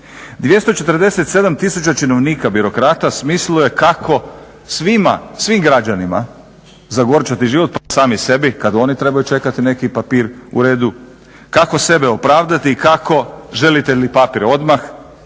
247 tisuća činovnika birokrata smislilo je kako svim građanima zagorčati život pa i sami sebi kada oni trebaju čekati neki papir u redu, kako sebe opravdati i kako želite li papir odmah